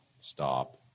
Stop